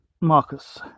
Marcus